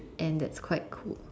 and that's quite cool